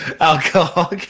alcohol